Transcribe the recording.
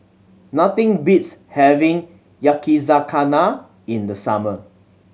nothing beats having Yakizakana in the summer